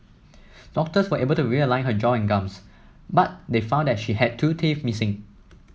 doctors were able to realign her jaw and gums but they found that she had two teeth missing